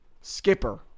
skipper